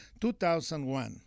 2001